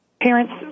Parents